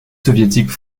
soviétiques